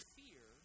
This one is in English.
fear